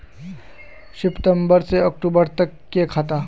सितम्बर से अक्टूबर तक के खाता?